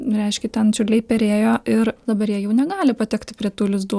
nu reiškia ten čiurliai perėjo ir dabar jie jau negali patekti prie tų lizdų